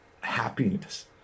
happiness